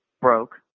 broke